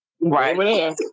Right